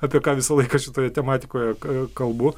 apie ką visą laiką šitoje tematikoje k kalbu